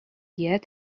yet